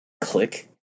Click